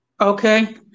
Okay